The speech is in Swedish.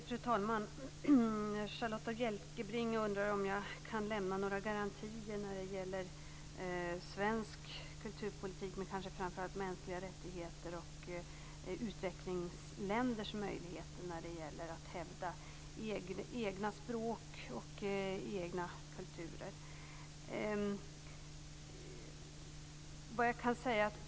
Fru talman! Charlotta Bjälkebring undrar om jag kan lämna några garantier när det gäller svensk kulturpolitik men kanske framför allt mänskliga rättigheter och utvecklingsländers möjligheter när det gäller att hävda egna språk och egna kulturer.